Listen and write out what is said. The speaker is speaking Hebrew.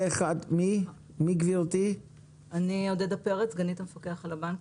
יש לך הסתייגות?